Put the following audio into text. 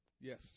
Yes